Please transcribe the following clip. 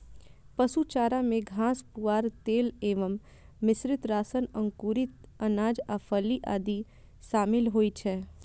पशु चारा मे घास, पुआर, तेल एवं मिश्रित राशन, अंकुरित अनाज आ फली आदि शामिल होइ छै